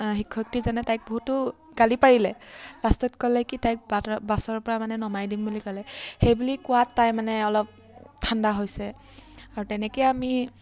শিক্ষককেইজনে বহুতো গালি পাৰিলে লাষ্টত ক'লে কি তাইক বাটৰ বাছৰ মানে নমাই দিম বুলি ক'লে সেইবুলি কোৱাত তাই মানে অলপ ঠাণ্ডা হৈছে আৰু তেনেকৈয়ে আমি